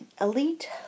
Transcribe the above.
Elite